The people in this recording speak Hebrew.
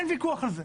אין ויכוח על זה.